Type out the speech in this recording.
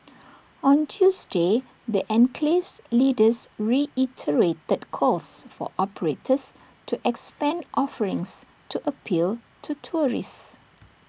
on Tuesday the enclave's leaders reiterated calls for operators to expand offerings to appeal to tourists